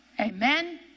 amen